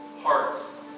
hearts